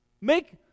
Make